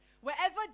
Wherever